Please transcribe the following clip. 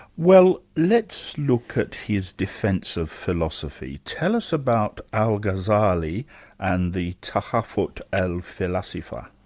well, let's look at his defence of philosophy. tell us about al-ghazali and the tahafut al-falasifa.